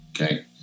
Okay